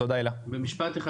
במשפט אחד,